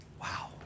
Wow